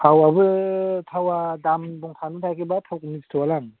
थावाबो थावा दाम दं थावखौ मिन्थिथला आं